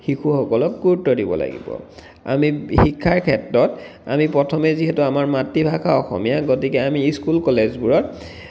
শিশুসকলক গুৰুত্ব দিব লাগিব আমি শিক্ষাৰ ক্ষেত্ৰত আমি প্ৰথেমে যিহেতু আমাৰ মাতৃভাষা অসমীয়া গতিকে আমি স্কুল কলেজবোৰত